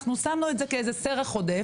אנחנו שמנו את זה כאיזה סרח עודף,